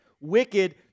wicked